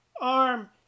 arm